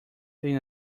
than